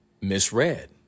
misread